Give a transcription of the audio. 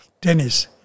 tennis